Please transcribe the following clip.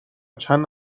چند